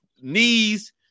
knees